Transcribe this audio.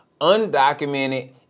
undocumented